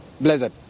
blessed